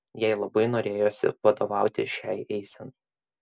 jai labai norėjosi vadovauti šiai eisenai